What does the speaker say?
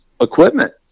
equipment